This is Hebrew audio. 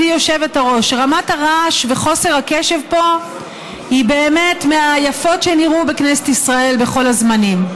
רמת הרעש וחוסר הקשב פה היא באמת מהיפות שנראו בכנסת ישראל בכל הזמנים.